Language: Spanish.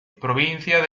provincia